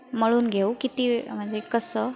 मळून घेऊ किती म्हणजे कसं